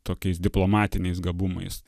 tokiais diplomatiniais gabumais